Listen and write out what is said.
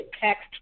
text